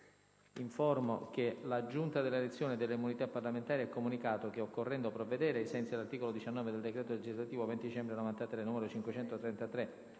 Informo che la Giunta delle elezioni e delle immunità parlamentari ha comunicato che, occorrendo provvedere, ai sensi dell'articolo 19 del decreto legislativo 20 dicembre 1993, n. 533,